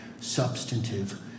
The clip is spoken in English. substantive